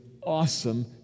awesome